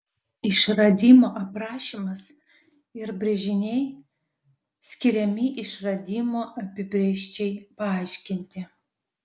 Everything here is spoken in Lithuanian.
išradimo aprašymas ir brėžiniai skiriami išradimo apibrėžčiai paaiškinti